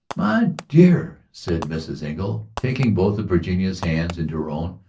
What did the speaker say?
my dear, said mrs. engle, taking both of virginia's hands into her own,